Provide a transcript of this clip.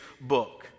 book